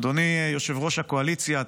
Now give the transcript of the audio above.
אדוני יושב-ראש הקואליציה,